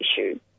issue